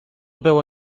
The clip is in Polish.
było